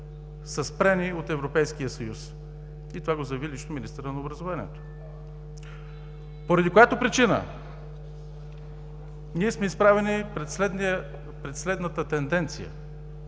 са спрени от Европейския съюз. Това го заяви лично министърът на образованието. По тази причина ние сме изправени пред следната тенденция